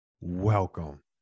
Welcome